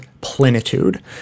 Plenitude